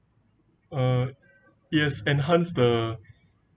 uh yes enhance the